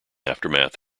aftermath